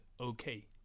okay